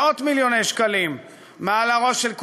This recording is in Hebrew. מאות-מיליוני שקלים מעל הראש של כולם,